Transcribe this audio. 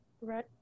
right